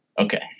Okay